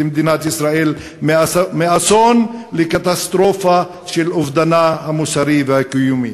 מדינת ישראל מאסון לקטסטרופה של אובדנה המוסרי והקיומי".